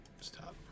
Stop